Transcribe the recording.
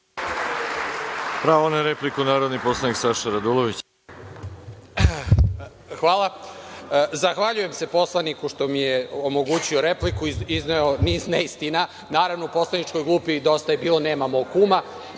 Saša Radulović. Izvolite. **Saša Radulović** Hvala. Zahvaljujem se poslaniku što mi je omogućio repliku, izneo niz neistina. Naravno u poslaničkoj grupi Dosta je bilo, nema mog kuma,